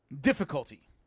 difficulty